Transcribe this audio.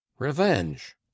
revenge